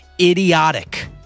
idiotic